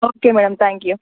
okay madam you you